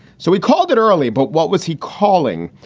so we called it early. but what was he calling?